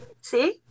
See